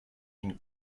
une